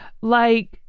Like-